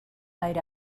night